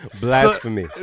Blasphemy